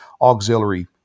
auxiliary